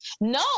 No